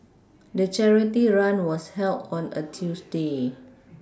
the charity run was held on a Tuesday